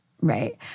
Right